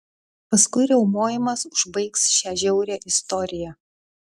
paskui riaumojimas užbaigs šią žiaurią istoriją